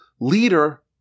leader